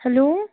hello